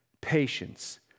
patience